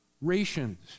rations